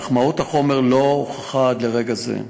אך מהות החומר לא הוכחה עד לרגע זה.